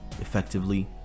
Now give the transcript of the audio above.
effectively